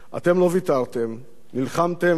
נלחמתם ועטפתם את גדעון בחום